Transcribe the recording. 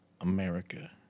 America